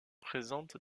présente